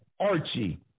Archie